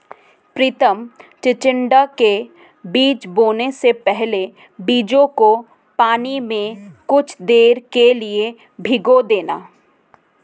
प्रितम चिचिण्डा के बीज बोने से पहले बीजों को पानी में कुछ देर के लिए भिगो देना